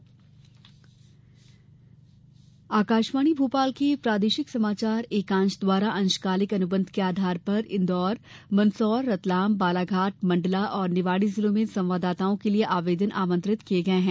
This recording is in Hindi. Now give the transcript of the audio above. अंशकालिक संवाददाता आकाशवाणी भोपाल के प्रादेशिक समाचार एकांश द्वारा अंशकालिक अनुबंध के आधार पर इन्दौर मंदसौर रतलाम बालाघाट मंडला और निवाड़ी जिलों में संवाददाताओं के लिये आवेदन आमंत्रित किये गये हैं